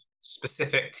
specific